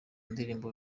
ndirimbo